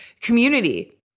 community